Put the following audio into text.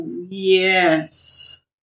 yes